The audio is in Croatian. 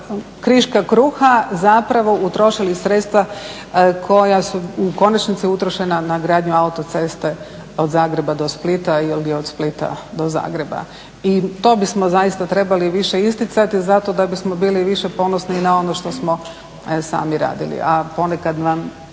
kriška kruha zapravo utrošili sredstva koja su u konačnici utrošena na gradnju autoceste od Zagreba do Splita ili od Splita do Zagreba. I to bismo zaista trebali više isticati zato da bismo bili više ponosni na ono što smo sami radili, a ponekad nam